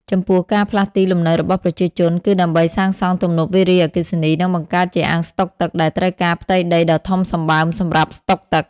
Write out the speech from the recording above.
ចំពោះ ការផ្លាស់ទីលំនៅរបស់ប្រជាជន គឺដើម្បីសាងសង់ទំនប់វារីអគ្គិសនី និងបង្កើតជាអាងស្តុកទឹកដែលត្រូវការផ្ទៃដីដ៏ធំសម្បើមសម្រាប់ស្តុបទឹក។